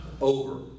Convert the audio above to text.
over